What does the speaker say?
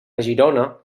girona